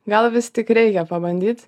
gal vis tik reikia pabandyt